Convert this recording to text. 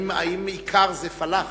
האם איכר זה פלאח,